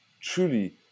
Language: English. truly